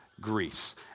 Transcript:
Greece